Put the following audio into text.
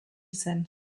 zen